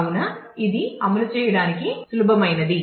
కావున ఇది అమలు చేయడానికి సులభమైనది